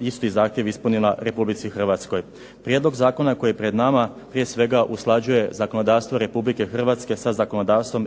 isti zahtjev ispunila Republici hrvatskoj. Prijedlog zakona koji je pred nama prije svega usklađuje zakonodavstvo Republike Hrvatske sa zakonodavstvom